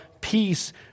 peace